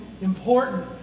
important